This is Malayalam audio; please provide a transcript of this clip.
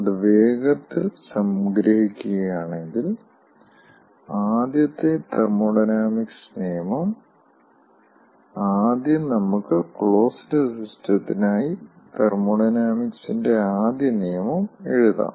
അത് വേഗത്തിൽ സംഗ്രഹിക്കുകയാണെങ്കിൽ ആദ്യത്തെ തെർമോഡൈനാമിക്സ് നിയമം ആദ്യം നമുക്ക് ക്ലോസ്ഡ് സിസ്റ്റത്തിനായി തെർമോഡൈനാമിക്സിന്റെ ആദ്യ നിയമം എഴുതാം